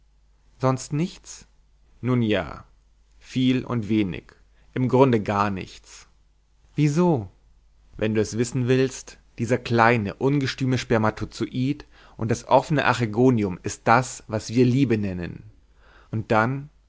sonst nichts nun ja viel und wenig im grunde garnichts wieso wenn du es wissen willst dieser kleine ungestüme spermatozoid und das offene archegonium ist das was wir liebe nennen und dann